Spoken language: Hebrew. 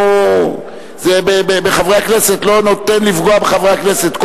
זה לא נותן לפגוע בחברי הכנסת,